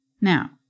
Now